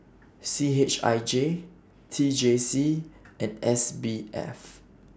C H I J T J C and S B F